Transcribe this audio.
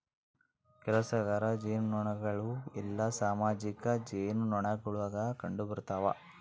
ಕೆಲಸಗಾರ ಜೇನುನೊಣಗಳು ಎಲ್ಲಾ ಸಾಮಾಜಿಕ ಜೇನುನೊಣಗುಳಾಗ ಕಂಡುಬರುತವ